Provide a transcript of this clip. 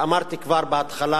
ואמרתי כבר בהתחלה,